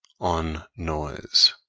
on noise